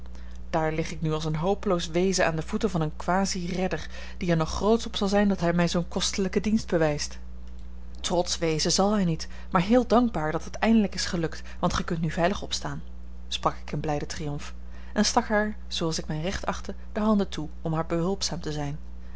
daar lig ik nu als een hopeloos wezen aan de voeten van een kwasie redder die er nog grootsch op zal zijn dat hij mij zoo'n kostelijken dienst bewijst trotsch wezen zal hij niet maar heel dankbaar dat het eindelijk is gelukt want gij kunt nu veilig opstaan sprak ik in blijden triomf en stak haar zooals ik mijn recht achtte de handen toe om haar behulpzaam te zijn